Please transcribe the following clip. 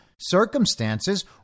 circumstances